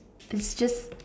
it's just